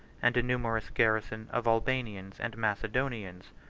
and a numerous garrison of albanians and macedonians,